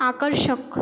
आकर्षक